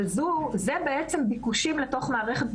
אבל אלה בעצם ביקושים למערכת בריאות הנפש,